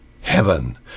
heaven